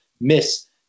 miss